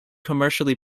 commercially